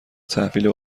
تحویل